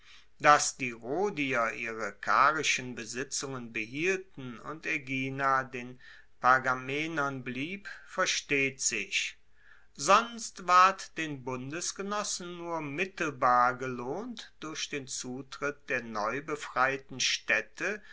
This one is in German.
dass die rhodier ihre karischen besitzungen behielten und aegina den pergamenern blieb versteht sich sonst ward den bundesgenossen nur mittelbar gelohnt durch den zutritt der neu befreiten staedte